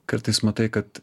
kartais matai kad